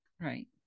Right